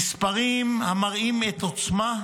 המספרים מראים את העוצמה,